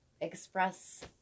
express